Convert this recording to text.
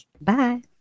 Bye